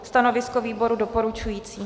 Stanovisko výboru doporučující.